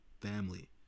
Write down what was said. family